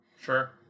Sure